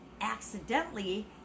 accidentally